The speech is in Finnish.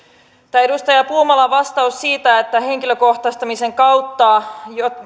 tämä edustaja puumalan vastaus siitä että henkilökohtaistamisen kautta